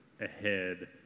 ahead